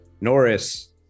Norris